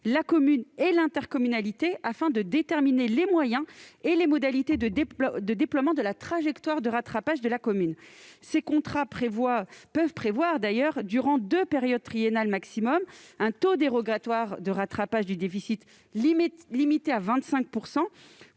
la commune et l'intercommunalité, afin de déterminer les moyens et les modalités de déploiement de la trajectoire de rattrapage de la commune. Ces contrats peuvent prévoir, durant deux périodes triennales au maximum, un taux dérogatoire de rattrapage du déficit limite